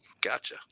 Gotcha